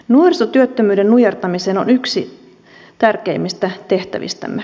nuorisotyöttömyyden nujertaminen on yksi tärkeimmistä tehtävistämme